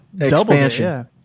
expansion